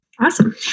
Awesome